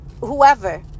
whoever